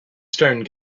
stone